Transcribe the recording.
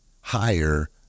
higher